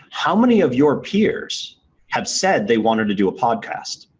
how many of your peers have said they wanted to do a podcast?